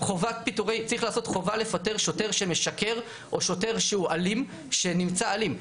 צריך לעשות חובה לפטר שוטר שמשקר או שוטר שנמצא אלים.